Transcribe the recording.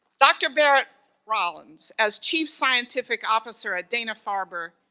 dr. barrett rollins, as chief scientific officer, at dana-farber,